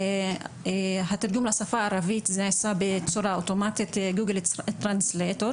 שהתרגום לשפה הערבית נעשה בצורה אוטומטית בגוגל טרנסלייט,